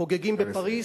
חוגגים בפריס,